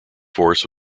force